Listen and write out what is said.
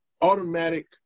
automatic